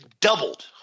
doubled